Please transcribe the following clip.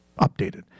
updated